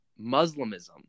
Muslimism